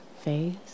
face